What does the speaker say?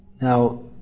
now